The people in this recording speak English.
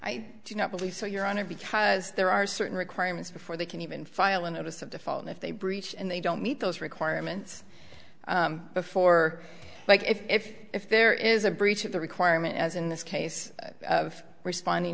i do not believe so your honor because there are certain requirements before they can even file a notice of default and if they breach and they don't meet those requirements before but if if there is a breach of the requirement as in this case of responding